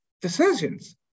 decisions